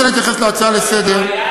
אני רוצה להתייחס להצעה לסדר-היום.